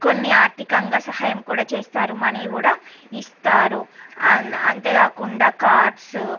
కొన్ని ఆర్థికంగా సహాయం కూడా చేస్తారు మనీ కూడా ఇస్తారు అంతే అంతేకాకుండా కార్స్